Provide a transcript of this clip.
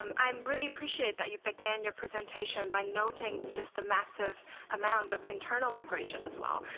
um i um really appreciate that you began your presentation by noting just the massive amount of internal migration as well.